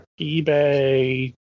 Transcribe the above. eBay